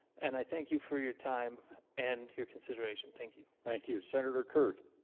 and i thank you for your time and your consideration thank you, thank you senator curd,